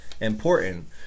important